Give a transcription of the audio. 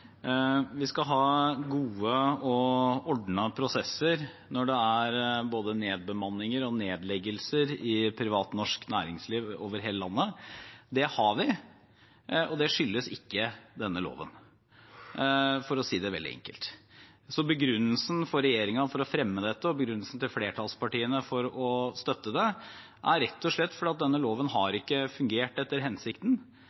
Vi skal ha gode og ordnede prosesser ved nedbemanninger og nedleggelser i privat norsk næringsliv over hele landet. Det har vi, og det skyldes ikke denne loven, for å si det veldig enkelt. Begrunnelsen for regjeringen for å fremme dette, og begrunnelsen for flertallspartiene for å støtte det, er rett og slett at denne loven ikke har